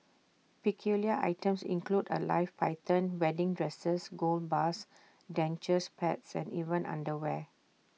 peculiar items include A live python wedding dresses gold bars dentures pets and even underwear